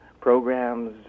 programs